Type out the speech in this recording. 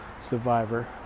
survivor